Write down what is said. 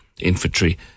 Infantry